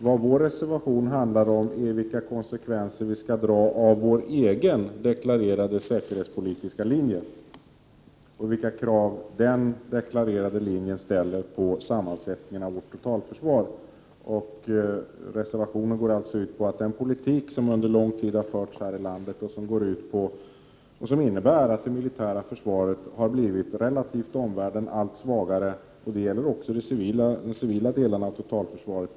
Men vad reservation nr 1 handlar om är vilka konsekvenser vi skall dra av vår egen deklarerade säkerhetspolitiska linje och vilka krav den linjen ställer på sammansättningen av vårt totalförsvar. Reservationen går alltså ut på att den politik som under lång tid förts här i landet har medfört att det militära försvaret relativt omvärlden blivit allt svagare. Det gäller också de civila delarna av totalförsvaret.